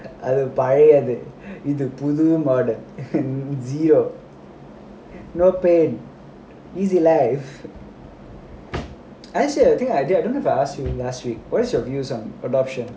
அது பாவம் அது இது புது:adhu paavam adhu idhu puthu modern ஒரு ஜீவன்:oru jeevan no pain easy life actually I think I didn't I don't think I have asked you before what is your views on adoption